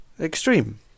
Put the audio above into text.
Extreme